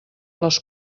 les